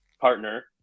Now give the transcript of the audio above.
partner